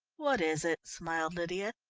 what is it? smiled lydia.